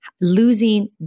losing